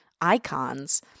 icons